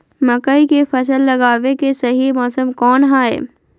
मकई के फसल लगावे के सही मौसम कौन हाय?